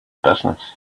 business